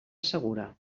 segura